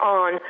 on